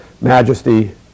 majesty